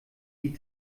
die